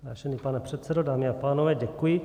Vážený pane předsedo, dámy a pánové, děkuji.